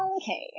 Okay